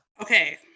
Okay